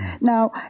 Now